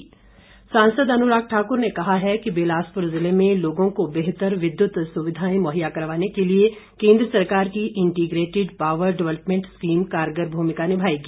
अनुराग सांसद अनुराग ठाकुर ने कहा है कि बिलासपुर जिले में लोगों को बेहतर विद्युत सुविधाएं मुहैया करवाने के लिए केन्द्र सरकार की इंटीग्रेटिड पावर डेवलपमेंट स्कीम कारगर भूमिका निभाएगी